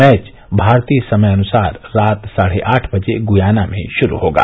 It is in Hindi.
मैच भारतीय समय अनुसार रात साढ़े आठ बजे ग्याना में शुरू होगा